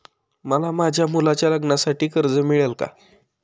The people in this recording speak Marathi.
मला माझ्या मुलाच्या लग्नासाठी कर्ज मिळेल का?